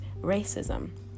racism